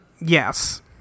Yes